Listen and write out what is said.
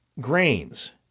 grains